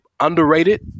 Underrated